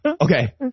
Okay